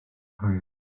hwyr